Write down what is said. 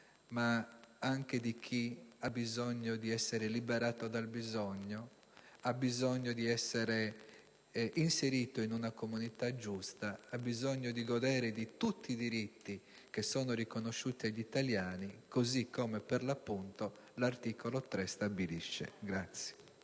ma anche di chi ha bisogno di essere liberato dal bisogno, ha bisogno di essere inserito in una comunità giusta, ha bisogno di godere di tutti i diritti che sono riconosciuti agli italiani così come per l'appunto l'articolo 3 stabilisce.